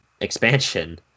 expansion